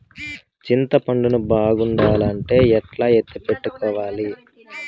చింతపండు ను బాగుండాలంటే ఎట్లా ఎత్తిపెట్టుకోవాలి?